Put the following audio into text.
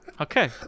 Okay